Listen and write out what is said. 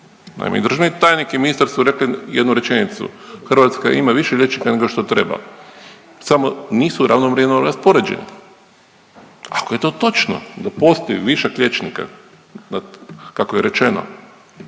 naime i državni tajnik i ministar su rekli jednu rečenicu, Hrvatska ima više liječnika nego što treba samo nisu ravnomjerno raspoređeni. Ako je to točno da postoji višak liječnika kako je rečeno